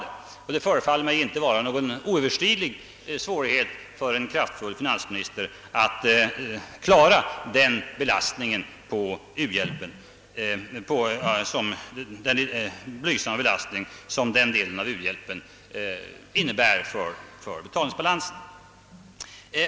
Det förefaller mig inte vara någon oöverstiglig svårighet för en kraftfull finansminister att klara den blygsamma belastning som den delen av u-hjälpen innebär för betalningsbalansen.